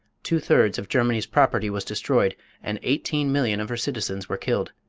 two-thirds of germany's property was destroyed and eighteen million of her citizens were killed,